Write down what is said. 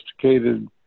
sophisticated